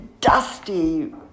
dusty